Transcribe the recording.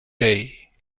day